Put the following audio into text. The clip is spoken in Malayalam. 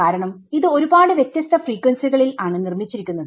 കാരണം ഇത് ഒരു പാട് വ്യത്യസ്ത ഫ്രീക്വൻസികളിൽ ആണ് നിർമ്മിച്ചിരിക്കുന്നത്